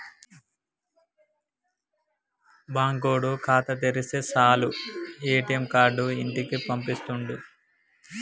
బాంకోడు ఖాతా తెరిస్తె సాలు ఏ.టి.ఎమ్ కార్డు ఇంటికి పంపిత్తుండు